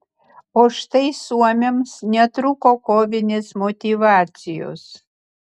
o štai suomiams netrūko kovinės motyvacijos